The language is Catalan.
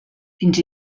fins